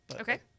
Okay